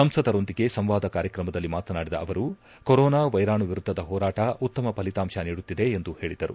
ಸಂಸದರೊಂದಿಗೆ ಸಂವಾದ ಕಾರ್ಯಕ್ರಮದಲ್ಲಿ ಮಾತನಾಡಿದ ಅವರು ಕೊರೋನಾ ವೈರಾಣು ವಿರುದ್ದದ ಹೋರಾಟ ಉತ್ತಮ ಫಲಿತಾಂಶ ನೀಡುತ್ತಿದೆ ಎಂದು ಹೇಳಿದರು